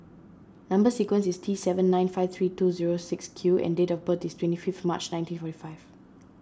Number Sequence is T seven nine five three two zero six Q and date of birth is twenty fifth March nineteen forty five